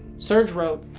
surge wrote,